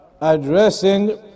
Addressing